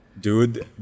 dude